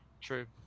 true